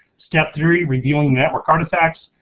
step three, reviewing network artifacts,